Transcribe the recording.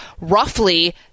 roughly